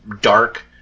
dark